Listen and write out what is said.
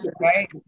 right